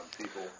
people